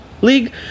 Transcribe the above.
league